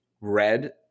red